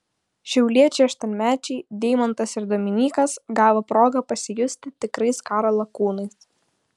šiauliečiai aštuonmečiai deimantas ir dominykas gavo progą pasijusti tikrais karo lakūnais